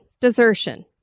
desertion